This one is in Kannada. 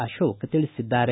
ಅಶೋಕ ತಿಳಿಸಿದ್ದಾರೆ